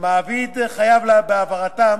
שמעביד חייב בהעברתם